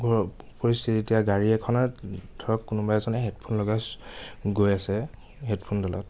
হৈছে যেতিয়া গাড়ী এখনত ধৰক কোনোবা এজনে হেডফোন লগাই গৈ আছে হেডফোনডালত